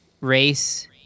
race